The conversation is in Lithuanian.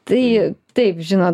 tai taip žinot